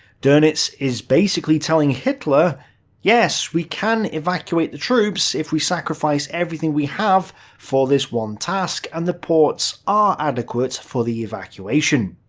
donitz is basically telling hitler yes, we can evacuate the troops, if we sacrifice everything we have for this one task, and the ports are adequate for the evacuation.